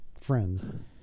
Friends